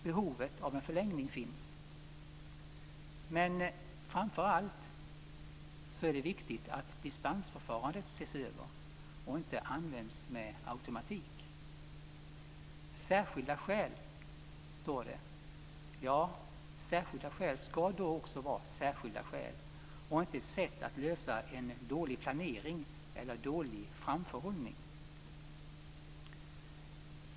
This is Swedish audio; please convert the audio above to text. Behovet av en förlängning finns. Men framför allt är det viktigt att dispensförfarandet ses över och inte används med automatik. Särskilda skäl står det. Särskilda skäl skall då också vara särskilda skäl och inte ett sätt att lösa en dålig planering eller dålig framförhållning.